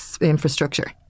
infrastructure